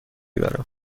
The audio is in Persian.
برم